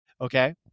Okay